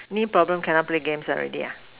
knee problem cannot play games already ah